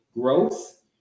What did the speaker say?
growth